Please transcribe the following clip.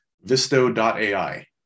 Visto.ai